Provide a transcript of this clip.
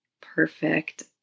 perfect